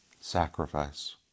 sacrifice